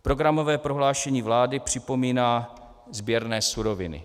Programové prohlášení vlády připomíná sběrné suroviny.